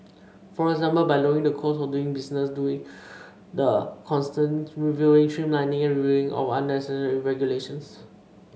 for example by lowering the cost of doing business through the constant reviewing streamlining and reviewing of unnecessary regulations